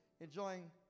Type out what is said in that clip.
enjoying